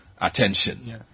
attention